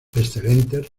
excelentes